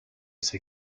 c’est